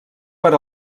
per